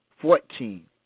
fourteen